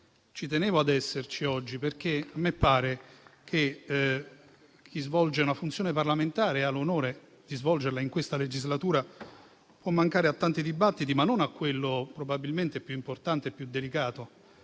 ci tenevo ad essere qui oggi, perché a me pare che chi svolge una funzione parlamentare e ha l'onore di svolgerla in questa legislatura può mancare a qualche dibattito ma non a quello probabilmente più importante e più delicato,